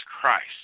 Christ